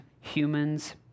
humans